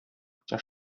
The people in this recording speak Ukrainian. хоча